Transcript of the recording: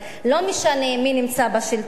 לא משנה מי נמצא בשלטון.